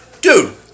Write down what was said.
Dude